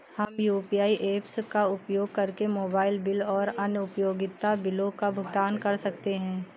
हम UPI apps का उपयोग करके मोबाइल बिल और अन्य उपयोगिता बिलों का भुगतान कर सकते हैं